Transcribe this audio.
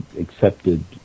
accepted